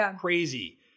crazy